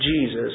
Jesus